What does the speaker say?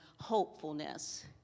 hopefulness